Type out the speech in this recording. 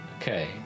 Okay